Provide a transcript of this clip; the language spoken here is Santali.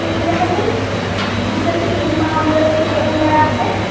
ᱵᱷᱟᱡᱟ ᱠᱟᱛᱮᱱ ᱵᱤᱞᱟᱹᱛᱤᱠᱚᱧ ᱮᱢᱟ ᱵᱤᱞᱟᱹᱛᱤᱠᱚ ᱮᱢᱟ ᱵᱟᱲᱟ ᱠᱟᱛᱮᱫ